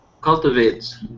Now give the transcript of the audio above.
cultivates